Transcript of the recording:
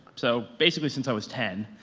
so basically since i was ten.